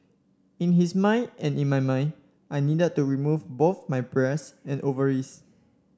in his mind and in my mind I needed to remove both my breasts and ovaries